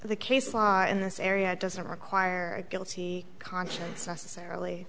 the case law in this area doesn't require a guilty conscience necessarily